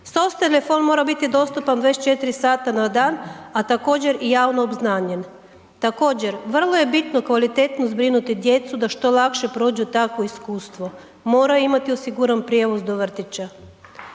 SOS telefon mora biti dostupan 24 sata na dan, a također i javno obznanjen. Također, vrlo je bitno kvalitetno zbrinuti djecu da što lakše prođu takvo iskustvo, moraju imati osiguran prijevoz do vrtića.